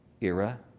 era